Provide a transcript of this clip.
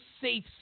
safe